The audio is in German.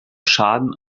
schaden